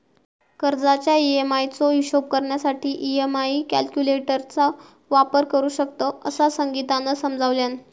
कर्जाच्या ई.एम्.आई चो हिशोब करण्यासाठी ई.एम्.आई कॅल्क्युलेटर चो वापर करू शकतव, असा संगीतानं समजावल्यान